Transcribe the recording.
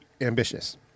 ambitious